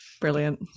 Brilliant